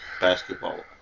basketball